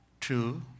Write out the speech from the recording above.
Two